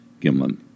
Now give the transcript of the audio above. gimlin